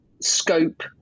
scope